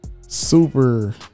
super